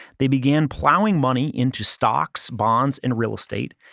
they began plowing money into stocks, bonds, and real estate,